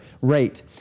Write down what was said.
rate